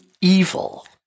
evil